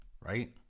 Right